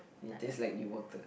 it taste like new water